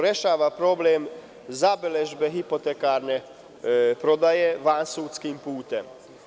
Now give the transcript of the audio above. Rešava problem zabeležbe hipotekarne prodaje vansudskim putem.